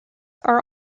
are